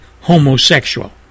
homosexual